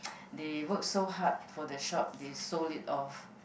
they work so hard for the shop they sold it off